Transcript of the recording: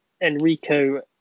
Enrico